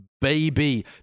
baby